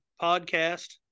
podcast